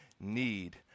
need